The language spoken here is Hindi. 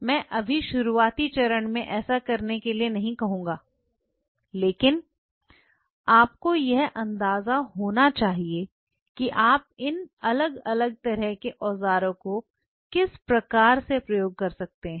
मैं अभी शुरुआती चरण में ऐसा करने के लिए नहीं कहूंगा लेकिन आपको यह अंदाजा होना चाहिए कि आप इन अलग अलग तरह के औजारों को किस प्रकार से प्रयोग कर सकते हैं